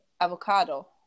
avocado